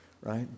right